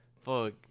fuck